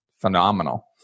phenomenal